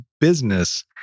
business